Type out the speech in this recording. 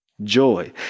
Joy